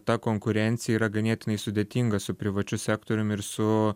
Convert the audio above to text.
ta konkurencija yra ganėtinai sudėtinga su privačiu sektorium ir su